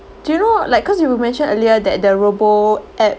do you know like cause you mentioned earlier that the robo app